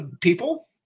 people